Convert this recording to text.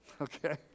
okay